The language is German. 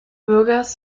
bürgers